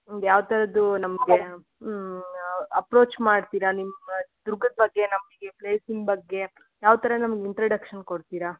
ಹ್ಞೂ ಯಾವ ಥರದ್ದು ನಮಗೆ ಅಪ್ರೋಚ್ ಮಾಡ್ತೀರಾ ನಿಮ್ಮ ದುರ್ಗದ ಬಗ್ಗೆ ನಮಗೆ ಪ್ಲೇಸಿನ ಬಗ್ಗೆ ಯಾವ ಥರ ನಮ್ಗೆ ಇಂಟ್ರಡಕ್ಷನ್ ಕೊಡ್ತೀರಾ